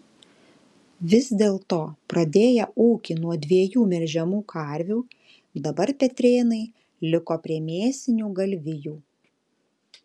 vis dėlto pradėję ūkį nuo dviejų melžiamų karvių dabar petrėnai liko prie mėsinių galvijų